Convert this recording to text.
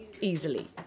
easily